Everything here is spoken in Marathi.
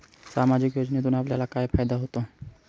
सामाजिक योजनेतून आपल्याला काय फायदा होतो?